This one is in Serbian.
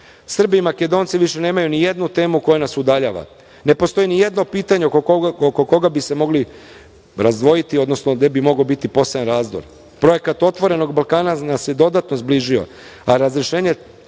Srbi i Makedonci više nemaju nijednu temu koja nas udaljava. Ne postoji nijedno pitanje oko koga bi se mogli razdvojiti, odnosno gde bi mogao biti posejan razdor. Projekat „Otvorenog Balkana“ nas je dodatno zbližio, a razrešenje